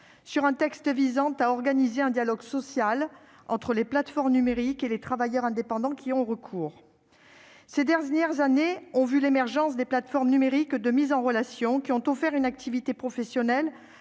sur un texte visant à organiser un dialogue social entre les plateformes numériques et les travailleurs indépendants qui y ont recours. Ces dernières années ont vu l'émergence des plateformes numériques de mise en relation, qui ont offert une activité professionnelle